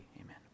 amen